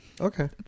Okay